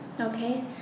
Okay